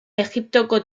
egiptoko